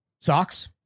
Socks